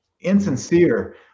insincere